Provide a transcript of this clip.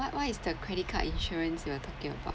what what is the credit card insurance you're talking about